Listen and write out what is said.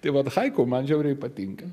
tai vat haiku man žiauriai patinka